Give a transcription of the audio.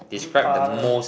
grandfather road